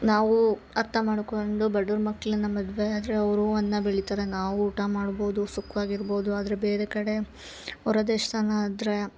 ನಾವು ಅರ್ಥ ಮಾಡ್ಕೊಂಡು ಬಡುವ್ರ ಮಕ್ಕಳನ್ನ ಮದ್ವೆ ಆದರೆ ಅವರು ಅನ್ನ ಬೆಳಿತಾರೆ ನಾವು ಊಟ ಮಾಡ್ಬೋದು ಸುಖ್ವಾಗಿ ಇರ್ಬೋದು ಆದರೆ ಬೇರೆ ಕಡೆ ಹೊರದೇಶನ ಆದರೆ